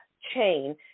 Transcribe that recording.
chain